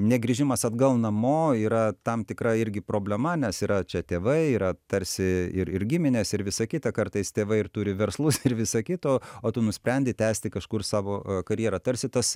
negrįžimas atgal namo yra tam tikra irgi problema nes yra čia tėvai yra tarsi ir ir giminės ir visa kita kartais tėvai ir turi verslus ir visa kita o tu nusprendei tęsti kažkur savo karjerą tarsi tas